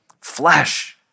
flesh